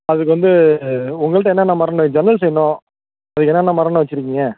அதுக்கு வந்து உங்கள்கிட்ட என்னென்ன மரம்ண்ணே இருக்குது ஜன்னல் செய்யணும் அதுக்கு என்னென்ன மரம்ண்ணே வச்சுருக்கீங்க